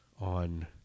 on